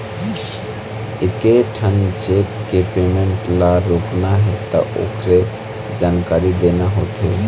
एकेठन चेक के पेमेंट ल रोकना हे त ओखरे जानकारी देना होथे